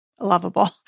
lovable